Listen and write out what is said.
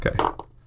Okay